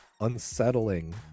unsettling